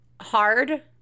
hard